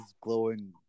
glowing